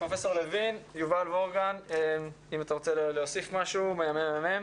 יובל וורגן, אם אתה רוצה להוסיף משהו, בבקשה.